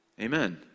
amen